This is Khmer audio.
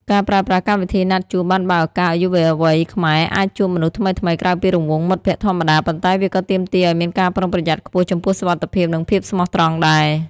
ការប្រើប្រាស់កម្មវិធីណាត់ជួប បានបើកឱកាសឱ្យយុវវ័យខ្មែរអាចជួបមនុស្សថ្មីៗក្រៅពីរង្វង់មិត្តភក្ដិធម្មតា ប៉ុន្តែវាក៏ទាមទារឱ្យមានការប្រុងប្រយ័ត្នខ្ពស់ចំពោះសុវត្ថិភាព និងភាពស្មោះត្រង់ដែរ។